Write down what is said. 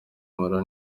mpora